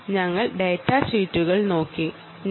ഞങ്ങൾ ഡാറ്റാഷീറ്റുകൾ നോക്കിയിരുന്നു